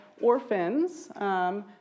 orphans